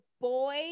boy